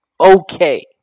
Okay